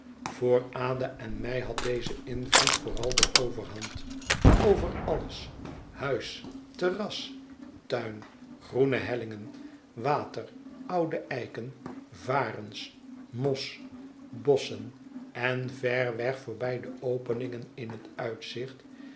voor ada en mij had deze invloed vooral de overhand over alles huis terras tuin groene hellingen water oude ik en varens mos bosschen en ver wegvoorbij de openingen in het uitzicht